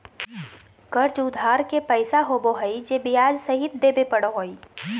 कर्ज उधार के पैसा होबो हइ जे ब्याज सहित देबे पड़ो हइ